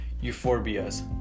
euphorbias